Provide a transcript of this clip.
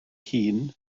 hŷn